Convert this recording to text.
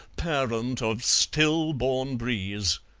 parent of stillborn breeze